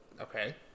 Okay